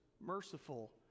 merciful